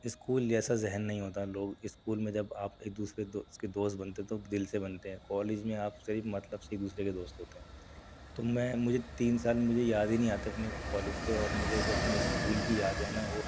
school جیسا ذہن نہیں ہوتا لوگ اسکول میں جب آپ ایک دوسرے دوست کے دوست بنتے ہیں تو دل سے بنتے ہیں کالج میں آپ صرف مطلب سے ہی ایک دوسرے کے دوست ہوتے ہیں تو میں مجھے تین سال میں مجھے یاد ہی نہیں آتا اپنے کالج کے اور مجھے جو اپنے اسکول کی یادیں ہیں نا وہ